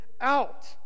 out